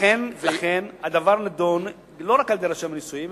לכן הדבר נדון לא רק על-ידי רשם הנישואים,